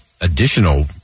additional